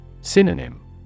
Synonym